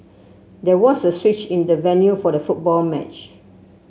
there was a switch in the venue for the football match